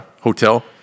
hotel